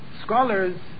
scholars